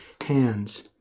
hands